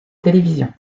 télévision